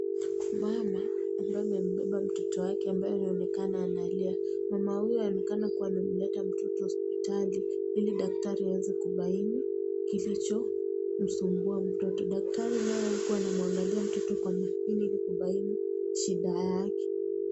Mama ambaye amembeba mtoto wake ambaye anaonekana analia ,mama huyo anaonekana kuwa amemleta mtoto hospitali ili daktari aweze kubaini kilichomsumbua mtoto. Daktari naye anaangalia mtoto kwa makini ili kubaini shida yake.